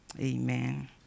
Amen